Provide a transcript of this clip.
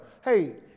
Hey